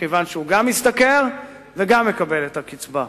כיוון שהוא גם משתכר וגם מקבל את הקצבה.